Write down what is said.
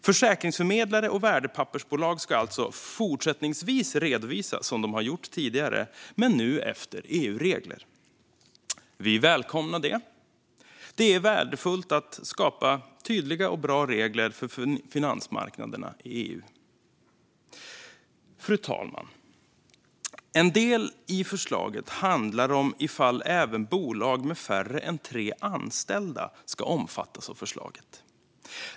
Försäkringsförmedlare och värdepappersbolag ska alltså fortsättningsvis redovisa som de har gjort tidigare, men nu efter EU-regler. Vi välkomnar det. Det är värdefullt att skapa tydliga och bra regler för finansmarknaderna i EU. Fru talman! En del i förslaget handlar om ifall även bolag med färre än tre anställda ska omfattas av förslaget.